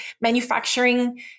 manufacturing